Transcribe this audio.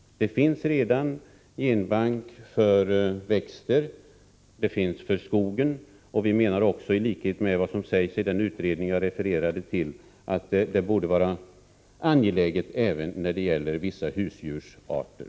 Det finns redan en genbank för växter och en skoglig genbank. Vi menar, i likhet med vad som sägs i den utredning som jag refererade till, att det är angeläget med en genbank även för vissa husdjursarter.